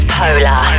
polar